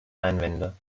einwände